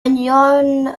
young